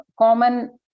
common